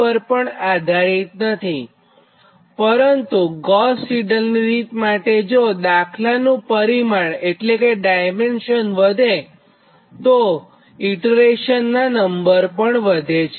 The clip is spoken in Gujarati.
પરંતુ ગોસ સિડલ રીત માટેજો દાખલાનું પરિમાણ એટલે કે ડાયમેન્શન વધેતો ઈટરેશનનાં નંબર પણ વધે છે